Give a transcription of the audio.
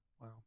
Wow